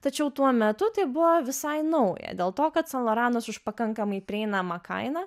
tačiau tuo metu tai buvo visai nauja dėl to kad san loranas už pakankamai prieinamą kainą